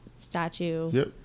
statue